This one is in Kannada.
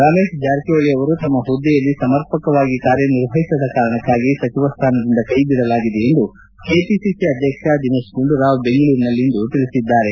ರಮೇಶ್ ಜಾರಕಿಹೊಳಿ ಅವರು ತಮ್ನ ಹುದ್ದೆಯಲ್ಲಿ ಸಮಪರ್ಕವಾಗಿ ಕಾರ್ಯ ನಿರ್ವಹಿಸದ ಕಾರಣಕ್ಕಾಗಿ ಸಚಿವ ಸ್ಥಾನದಿಂದ ಕೈಬಿಡಲಾಗಿದೆ ಎಂದು ಕೆಪಿಸಿಸಿ ಅಧ್ಯಕ್ಷ ದಿನೇತ್ ಗುಂಡೂರಾವ್ ಬೆಂಗಳೂರಿನಲ್ಲಿಂದು ತಿಳಿಸಿದ್ದಾರೆ